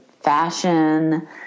fashion